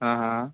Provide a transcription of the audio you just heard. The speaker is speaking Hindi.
हाँ हाँ